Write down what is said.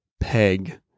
peg